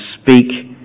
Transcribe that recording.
speak